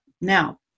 Now